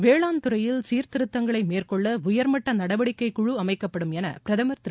வேளாண் துறையில் சீர்திருத்தங்களை மேற்கொள்ள உயர்மட்ட நடவடிக்கைக் குழு அமைக்கப்படும் என பிரதமர் திரு